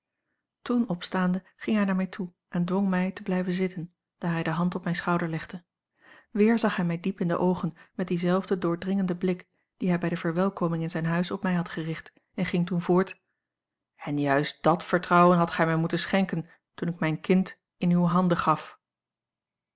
toen opstaande ging hij naar mij toe en dwong mij te blijven zitten daar hij de hand op mijn schouder legde weer zag hij mij diep in de oogen met dienzelfden doordringenden blik dien hij bij de verwelkoming in zijn huis op mij had gericht en ging toen voort en juist dàt vertrouwen hadt gij mij moeten schenken toen ik mijn kind in uwe handen gaf